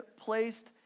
placed